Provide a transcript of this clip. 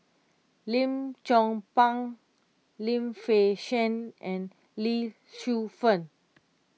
Lim Chong Pang Lim Fei Shen and Lee Shu Fen